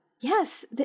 Yes